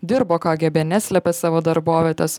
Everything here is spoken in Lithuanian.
dirbo kgb neslepia savo darbovietės